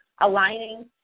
aligning